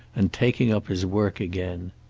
and taking up his work again.